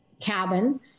cabin